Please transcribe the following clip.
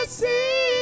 see